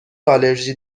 آلرژی